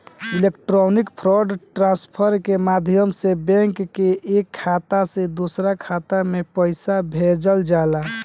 electronic fund transfer के माध्यम से बैंक के एक खाता से दूसरा खाता में पईसा भेजल जाला